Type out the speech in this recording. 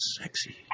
sexy